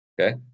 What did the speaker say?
Okay